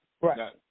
Right